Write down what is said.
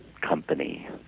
company